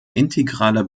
integraler